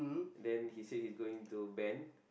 then he said he's going to ben